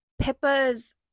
Pippa's